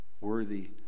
worthy